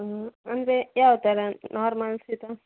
ಅಂದರೆ ಯಾವ ಥರ ನಾರ್ಮಲ್ ಶೀತ